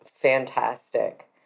fantastic